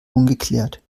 ungeklärt